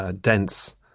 dense